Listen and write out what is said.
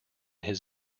his